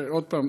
ועוד פעם,